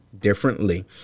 differently